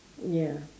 ya